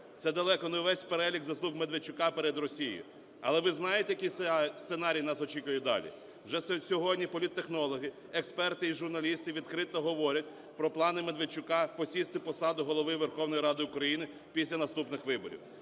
Це далеко не весь перелік заслуг Медведчука перед Росією. Але ви знаєте, який сценарій нас очікує далі? Вже сьогодні політтехнологи, експерти і журналісти відкрито говорять про плани Медведчука посісти посаду Голови Верховної Ради України після наступних виборів.